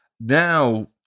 Now